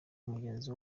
mugenzi